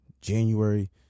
January